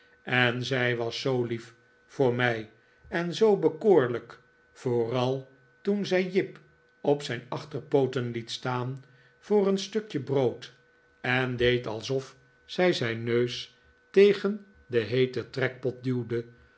en zij was zoo lief voor mij en zoo bekoorlijk vooral toen zij jip op zijn achterpooten liet staan voor een stukje brood en deed alsof zij zijn neus tegen den heeten trekpot duwde